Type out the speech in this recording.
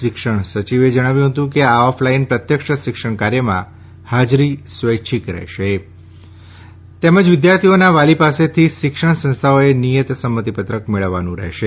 શિક્ષણ સચિવે જણાવ્યું કે આ ઓફલાઈન પ્રત્યક્ષ શિક્ષણ કાર્યમાં હાજરી સ્વૈચ્છિક રહેશે તેમજ વિદ્યાર્થીઓના વાલી પાસેથી શિક્ષણ સંસ્થાએ નિયત સંમતિપત્ર મેળવવાનો રહેશે